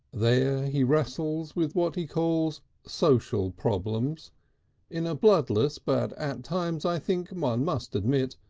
there he wrestles with what he calls social problems in a bloodless but at times, i think one must admit,